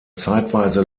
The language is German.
zeitweise